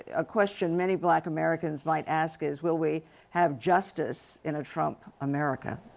a question many black americans might ask is will we have justice in a trump america.